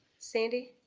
sandy